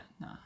no